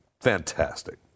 Fantastic